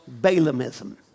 Balaamism